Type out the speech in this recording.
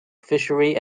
fishery